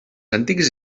antics